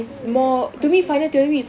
wait wait wait class four